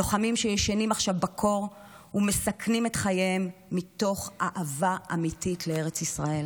לוחמים שישנים עכשיו בקור ומסכנים את חייהם מתוך אהבה אמיתית לארץ ישראל